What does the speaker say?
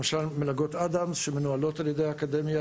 למשל, מלגות "אדמס" שמנוהלות על-ידי האקדמיה.